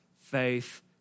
faith